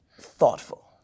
thoughtful